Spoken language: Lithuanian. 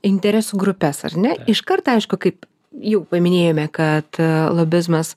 interesų grupes ar ne iškart aišku kaip jau paminėjome kad lobizmas